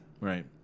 Right